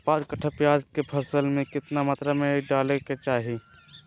पांच कट्ठा प्याज के फसल में कितना मात्रा में खाद डाले के चाही?